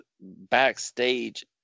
backstage